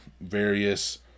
various